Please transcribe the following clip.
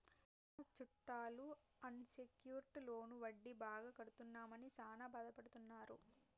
మా సుట్టాలు unsecured loan వడ్డీ బాగా కడుతున్నామని సాన బాదపడుతున్నారు